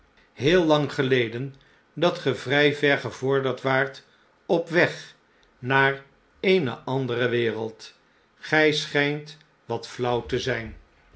heel lang geleden dat ge vrij ver gevorderd waart op weg naar eene andere wereld gij schh'nt wat flauw te zijn